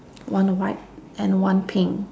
one white and one pink